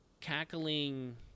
cackling